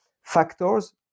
factors